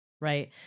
Right